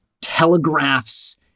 telegraphs